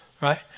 right